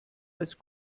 als